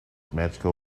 magical